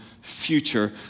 future